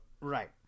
Right